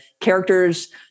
characters